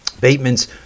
Bateman's